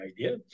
idea